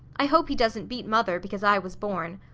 i hope he doesn't beat mother, because i was born.